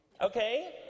Okay